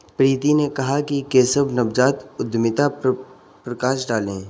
प्रीति ने कहा कि केशव नवजात उद्यमिता पर प्रकाश डालें